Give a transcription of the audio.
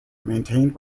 maintained